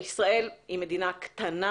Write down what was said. ישראל היא מדינה קטנה.